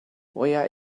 where